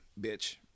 bitch